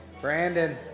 Brandon